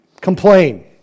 complain